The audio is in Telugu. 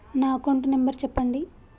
నా అకౌంట్ నంబర్ చెప్పండి?